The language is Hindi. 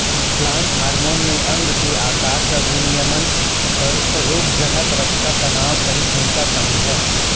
प्लांट हार्मोन में अंग के आकार का विनियमन रोगज़नक़ रक्षा तनाव सहिष्णुता शामिल है